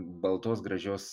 baltos gražios